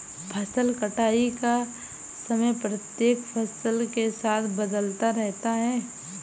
फसल कटाई का समय प्रत्येक फसल के साथ बदलता रहता है